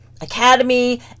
Academy